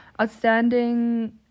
Outstanding